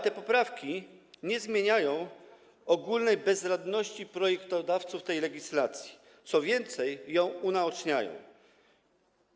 Te poprawki nie zmieniają ogólnej bezradności projektodawców tej legislacji, co więcej, unaoczniają ją.